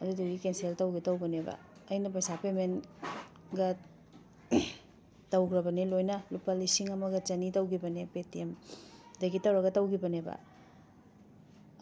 ꯑꯗꯨꯗꯨꯒꯤ ꯀꯦꯟꯁꯦꯜ ꯇꯧꯒꯦ ꯇꯧꯕꯅꯦꯕ ꯑꯩꯅ ꯄꯩꯁꯥ ꯄꯦꯃꯦꯟꯒ ꯇꯧꯈ꯭ꯔꯕꯅꯦ ꯂꯣꯏꯅ ꯂꯨꯄꯥ ꯂꯤꯁꯤꯡ ꯑꯃꯒ ꯆꯅꯤ ꯇꯧꯈꯤꯕꯅꯦ ꯄꯦꯇꯤꯑꯦꯝ ꯗꯒꯤ ꯇꯧꯔꯒ ꯇꯧꯈꯤꯕꯅꯦꯕ